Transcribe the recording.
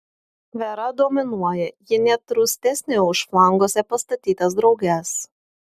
vera dominuoja ji net rūstesnė už flanguose pastatytas drauges